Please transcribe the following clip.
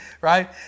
right